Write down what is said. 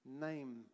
name